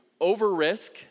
over-risk